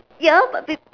ya but peop~